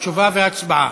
תשובה והצבעה.